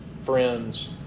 friends